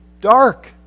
dark